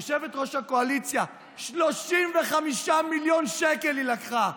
יושבת-ראש הקואליציה, 35 מיליון שקלים היא לקחה.